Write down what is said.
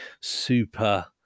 super